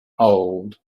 old